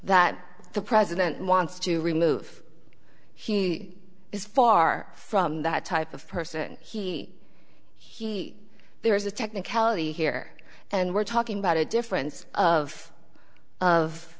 that the president wants to remove huey is far from that type of person he he there is a technicality here and we're talking about a difference of of